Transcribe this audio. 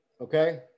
Okay